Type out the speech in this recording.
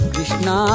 Krishna